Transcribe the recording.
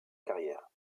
carrière